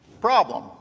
problem